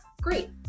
great